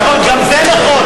נכון, גם זה נכון.